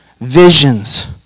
visions